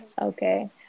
okay